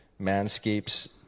manscapes